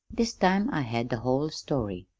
this time i had the whole story.